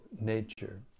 nature